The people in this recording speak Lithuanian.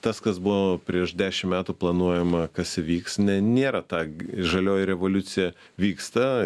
tas kas buvo prieš dešim metų planuojama kas įvyks ne nėra ta žalioji revoliucija vyksta